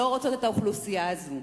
לא רוצות את האוכלוסייה הזאת.